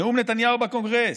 נאום נתניהו בקונגרס,